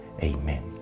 Amen